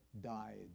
died